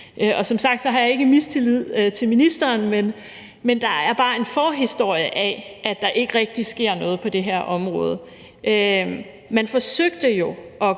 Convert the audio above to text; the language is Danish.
Som sagt har jeg ikke mistillid til ministeren, men der er bare en forhistorie, hvor man kan se, at der ikke rigtig sker noget på det her område. Man forsøgte at